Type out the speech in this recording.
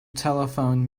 telephoned